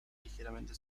ligeramente